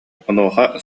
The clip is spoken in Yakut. онуоха